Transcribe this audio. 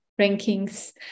rankings